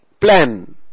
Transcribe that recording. plan